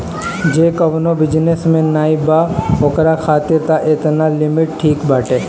जे कवनो बिजनेस में नाइ बा ओकरा खातिर तअ एतना लिमिट ठीक बाटे